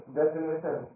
definition